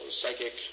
psychic